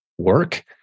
Work